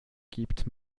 gibt